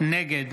נגד